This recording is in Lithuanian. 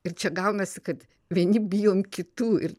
ir čia gaunasi kad vieni bijom kitų ir